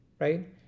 right